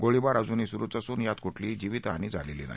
गोळीबार अजूनही सुरुच असून यात कुठलीही जीवितहानी झालेली नाही